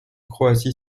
croatie